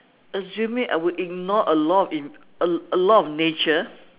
assuming I would ignore a law in a a law of nature